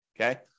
okay